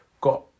got